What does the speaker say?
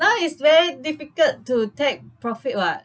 now is very difficult to take profit [what]